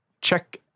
Check